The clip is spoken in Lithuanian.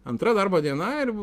antra darbo diena ir